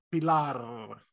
Pilar